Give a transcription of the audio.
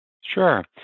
Sure